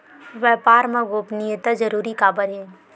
व्यापार मा गोपनीयता जरूरी काबर हे?